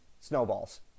snowballs